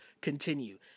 continue